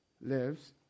lives